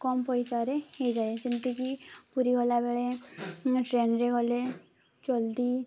କମ୍ ପଇସାରେ ହେଇଯାଏ ଯେମିତିକି ପୁରୀ ଗଲାବେଳେ ଟ୍ରେନ୍ରେ ଗଲେ ଜଲ୍ଦି